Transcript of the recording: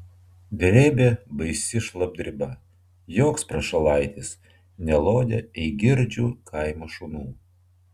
drėbė baisi šlapdriba joks prašalaitis nelodė eigirdžių kaimo šunų